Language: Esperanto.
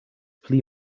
pli